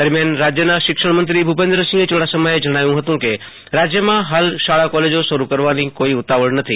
દરમિયાન રાજ્યના શિક્ષણ મંત્રી ભુપેન્દ્રસિંહ યુડાસમાએ જણાવ્યું હતું કે રાજ્યમાં હાલ શાળા કોલેજો શરુ કરવાની કોઈ ઉતાવળ નથી